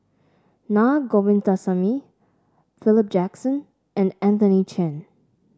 Na Govindasamy Philip Jackson and Anthony Chen